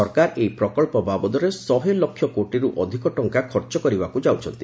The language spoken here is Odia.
ସରକାର ଏହି ପ୍ରକଳ୍ପ ବାବଦରେ ଶହେଲକ୍ଷ କୋଟିରୁ ଅଧିକ ଟଙ୍କା ଖର୍ଚ୍ଚ କରିବାକୁ ଯାଉଛନ୍ତି